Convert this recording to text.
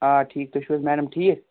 آ ٹھیٖک تُہۍ چِھو حٲز میڈم ٹھیٖک